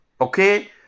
okay